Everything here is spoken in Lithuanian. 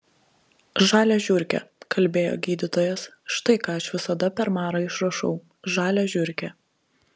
žalią žiurkę kalbėjo gydytojas štai ką aš visada per marą išrašau žalią žiurkę